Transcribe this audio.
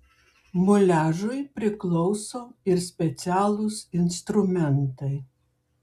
muliažui priklauso ir specialūs instrumentai